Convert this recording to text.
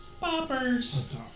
poppers